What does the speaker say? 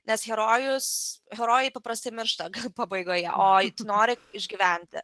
nes herojus herojaipaprastai miršta pabaigoje o tu nori išgyventi